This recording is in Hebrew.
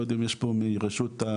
לא יודע אם יש פה מרשות הגבייה,